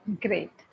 Great